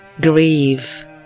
Grieve